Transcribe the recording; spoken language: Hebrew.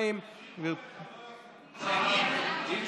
2. יש